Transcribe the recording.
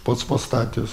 pats pastatęs